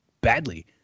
badly